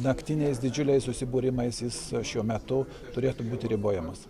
naktiniais didžiuliais susibūrimais jis šiuo metu turėtų būti ribojamas